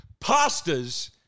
pastas